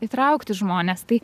įtraukti žmones tai